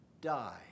die